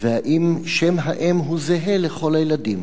והאם שם האם הוא זהה לכל הילדים.